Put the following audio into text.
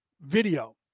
video